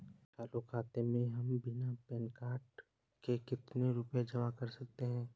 चालू खाता में हम बिना पैन कार्ड के कितनी रूपए जमा कर सकते हैं?